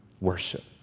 worship